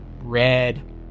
red